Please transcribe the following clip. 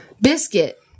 Biscuit